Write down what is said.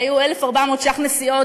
היו 1,400 שקלים לנסיעות,